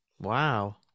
wow